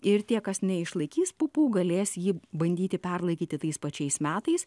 ir tie kas neišlaikys pupų galės jį bandyti perlaikyti tais pačiais metais